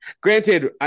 granted